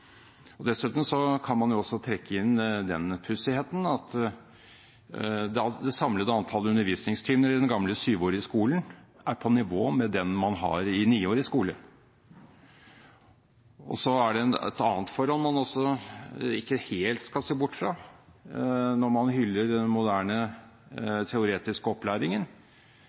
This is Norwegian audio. Dessuten kan man jo også trekke inn den pussigheten at det samlede antallet undervisningstimer i den gamle syvårige skolen er på nivå med det man har i niårig skole. Så er det annet forhold man ikke skal se helt bort fra når man hyller den moderne teoretiske opplæringen,